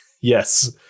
yes